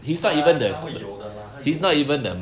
他他会有的 lah 他有 lah